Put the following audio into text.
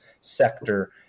sector